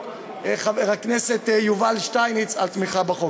חבר הכנסת יובל שטייניץ על תמיכה בחוק.